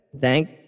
Thank